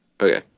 Okay